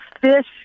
fish